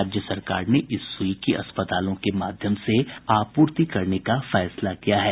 राज्य सरकार ने इस सूई की अस्पतालों के माध्यम से आपूर्ति करने का फैसला किया है